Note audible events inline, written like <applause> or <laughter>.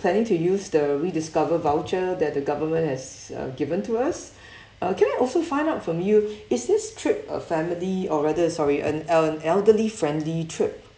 planning to use the rediscover voucher that the government has uh given to us <breath> uh can I also find out from you is this trip a family or rather sorry an uh elderly friendly trip